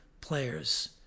players